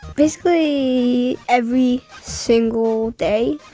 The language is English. basically every single day,